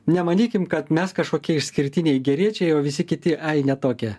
nemanykim kad mes kažkokie išskirtiniai geriečiai o visi kiti ai ne tokie